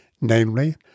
namely